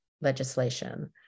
legislation